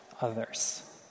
others